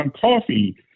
coffee